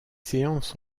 séances